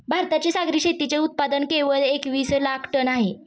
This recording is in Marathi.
भारताचे सागरी शेतीचे उत्पादन केवळ एकवीस लाख टन आहे